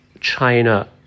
China